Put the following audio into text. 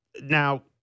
Now